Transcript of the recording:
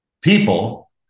people